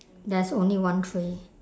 there's only one tray